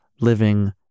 living